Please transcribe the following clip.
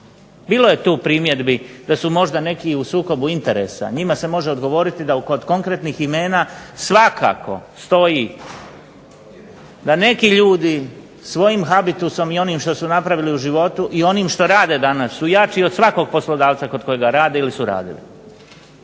Bilo je tu primjedbi da su možda neki u sukobu interesa. Njima se može odgovoriti da kod konkretnih imena svakako stoji da neki ljudi svojim habitusom i onim što su napravili u životu i onim što rade danas su jači od svakog poslodavca kod kojega rade ili su radili.